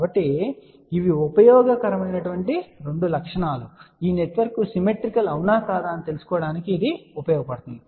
కాబట్టి ఇవి ఉపయోగకరమైన రెండు లక్షణాలు మరియు ఈ నెట్వర్క్ సిమెట్రికల్ అవునా కాదా అని తెలుసుకోవడానికి ఇది ఉపయోగపడుతుంది